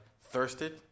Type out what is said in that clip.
thirsted